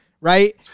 right